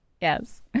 Yes